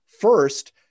first